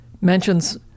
mentions